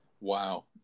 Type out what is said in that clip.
Wow